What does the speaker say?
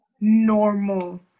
normal